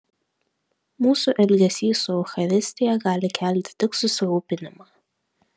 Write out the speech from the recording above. mūsų elgesys su eucharistija gali kelti tik susirūpinimą